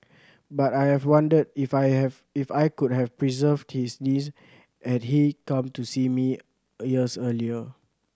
but I have wondered if I have if I could have preserved his knees had he come to see me a years earlier